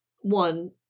One